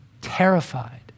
Terrified